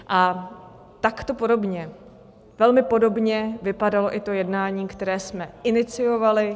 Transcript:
A takto podobně, velmi podobně vypadalo i jednání, které jsme iniciovali.